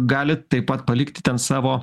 galit taip pat palikti ten savo